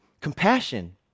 compassion